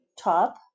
top